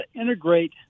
integrate